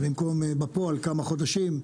אז במקום בפועל כמה חודשים,